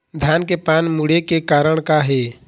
धान के पान मुड़े के कारण का हे?